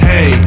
Hey